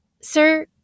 Sir